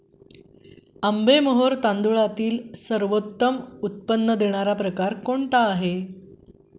आंबेमोहोर तांदळातील सर्वोत्तम उच्च उत्पन्न देणारा प्रकार कोणता आहे?